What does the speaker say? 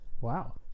Wow